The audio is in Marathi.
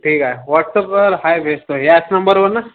ठीक आहे वॉट्सअपवर आहे भेजतो याच नंबरवर ना